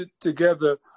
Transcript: together